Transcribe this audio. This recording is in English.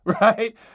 right